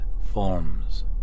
forms